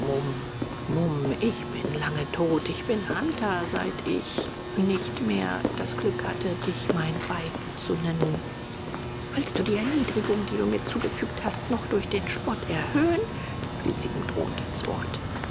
ich bin lange tot ich bin hunter seit ich nicht mehr das glück hatte dich mein weib zu nennen willst du die erniedrigung die du mir zugefügt hast noch durch den spott erhöhen fiel sie ihm drohend ins wort